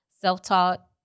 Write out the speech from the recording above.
self-taught